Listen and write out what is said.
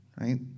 right